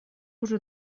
уже